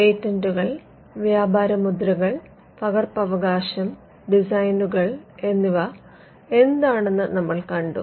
പേറ്റന്റുകൾ വ്യാപാരമുദ്രകൾ പകർപ്പവകാശം ഡിസൈനുകൾ എന്നിവ എന്താണെന്ന് നമ്മൾ കണ്ടു